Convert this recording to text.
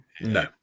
No